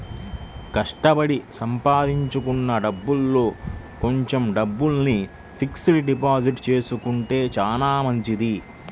కష్టపడి సంపాదించుకున్న డబ్బుల్లో కొంచెం డబ్బుల్ని ఫిక్స్డ్ డిపాజిట్ చేసుకుంటే చానా మంచిది